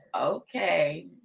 okay